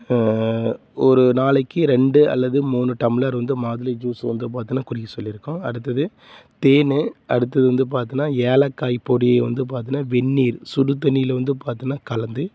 ஒரு நாளைக்கு ரெண்டு அல்லது மூணு டம்ளர் வந்து மாதுளை ஜூஸ் வந்து பார்த்திங்கனா குடிக்க சொல்லியிருக்கோம் அடுத்தது தேன் அடுத்தது வந்து பார்த்தின்னா ஏலக்காய் பொடியை வந்து பார்த்தின்னா வெந்நீர் சுடுதண்ணியில் வந்து பார்த்தின்னா கலந்து